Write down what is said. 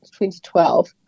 2012